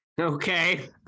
Okay